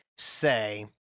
say